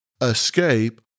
escape